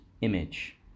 image